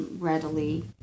readily